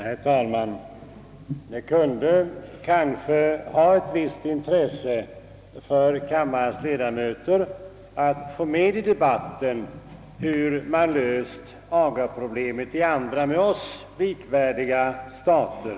Herr talman! Det kan kanske ha ett visst intresse för kammarens ledamöter att höra, hur man löst agaproblemet i med Sverige likvärdiga stater.